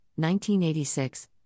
1986